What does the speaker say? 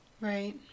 Right